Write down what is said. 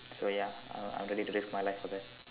so ya uh I'm ready to risk my life for that